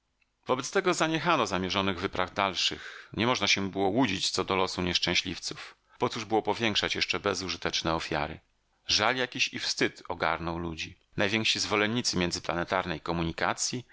wobec tego zaniechano zamierzonych wypraw dalszych nie można się było łudzić co do losu nieszczęśliwców po cóż było powiększać jeszcze bezużyteczne ofiary żal jakiś i wstyd ogarnął ludzi najwięksi zwolennicy międzyplanetarnej komunikacji